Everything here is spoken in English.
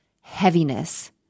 heaviness